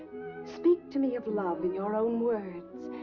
speak to me of love in your own words.